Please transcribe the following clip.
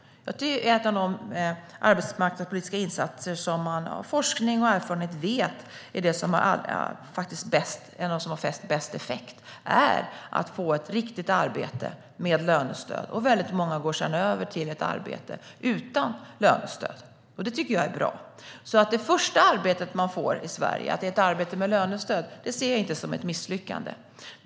Det är en av de arbetsmarknadspolitiska insatser som man genom forskning och erfarenhet vet har bäst effekt: att människor får ett riktigt arbete med lönestöd. Väldigt många går sedan över till ett arbete utan lönestöd. Det tycker jag är bra. Att det första arbete som man får i Sverige är ett arbete med lönestöd ser jag inte som ett misslyckande.